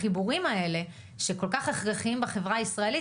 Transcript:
החיבורים האלה שכל כך הכרחיים בחברה הישראלית,